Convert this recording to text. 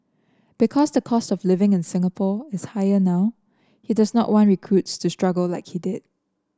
because the cost of living in Singapore is higher now he does not want recruits to struggle like he did